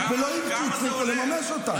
ולא הצליחו לממש אותם.